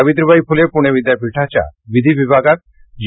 सावित्रीबाई फुले पूणे विद्यापीठाच्या विधी विभागात जी